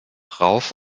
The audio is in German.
rauf